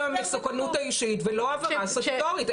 המסוכנות האישית ולא העברה סטטוטורית.